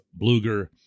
Bluger